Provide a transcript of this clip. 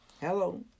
Hello